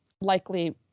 likely